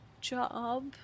job